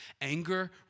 anger